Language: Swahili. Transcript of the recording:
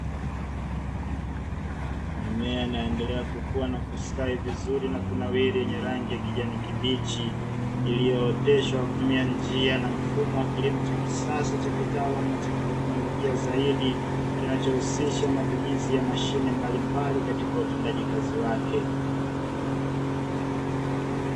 Mimea inaendelea kukua na kustawi vizuri na kunawiri yenye rangi ya kijani kibichi, iliyooteshwa kutumia njia na mfumo wa kilimo cha kisasa cha kitaalamu ninachoki teknolojia zaidi kinachohusisha matumizi ya mashine mbalimbali katika utendaji kazi wake.